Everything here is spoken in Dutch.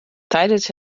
tijdens